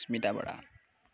Smrita Bora